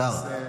השר,